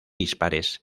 dispares